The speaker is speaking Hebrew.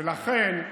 ולכן,